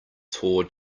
tore